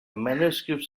manuscripts